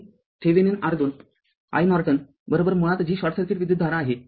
ते थेविनिन R२ iNorton मुळात ती शॉर्ट सर्किट विद्युतधारा आहे